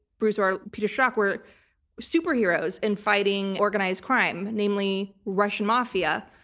bruce orr, peter schrock were superheroes in fighting organized crime, namely russian mafia.